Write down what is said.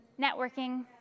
networking